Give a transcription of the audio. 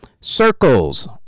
Circles